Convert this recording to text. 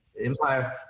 Empire